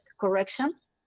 corrections